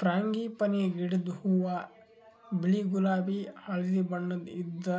frangipani ಗಿಡದ್ ಹೂವಾ ಬಿಳಿ ಗುಲಾಬಿ ಹಳ್ದಿ ಬಣ್ಣದ್ ಇದ್ದ್